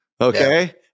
Okay